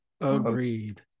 agreed